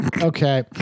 Okay